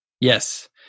Yes